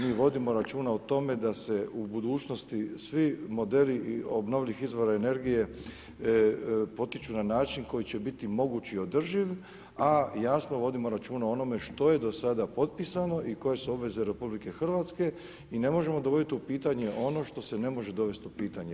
Mi vodimo računa o tome da se u budućnosti svi modeli obnovljivih izvora energije potiču na način koji će biti moguć i održiv, a jasno, vodimo računa o onome što je do sada potpisano i koje su obveze RH i ne možemo dovoditi u pitanje ono što se ne može dovesti u pitanje.